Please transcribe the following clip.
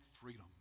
freedom